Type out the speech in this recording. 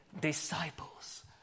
disciples